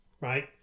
right